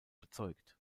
bezeugt